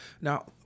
Now